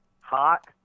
hot